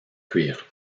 cuire